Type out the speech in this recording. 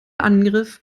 angriff